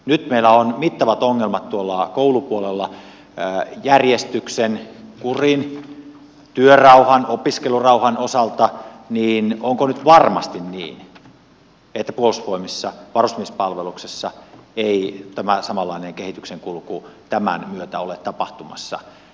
nyt meillä on mittavat ongelmat tuolla koulupuolella järjestyksen kurin työrauhan opiskelurauhan osalta niin onko nyt varmasti niin että puolustusvoimissa varusmiespalveluksessa ei tämä samanlainen kehityksen kulku tämän myötä ole tapahtumassa